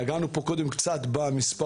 נגענו פה קודם קצת במספרים,